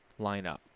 lineup